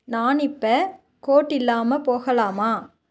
நான் இப்போ கோட் இல்லாமல் போகலாமா